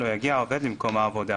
לא יגיע העובד למקום העבודה.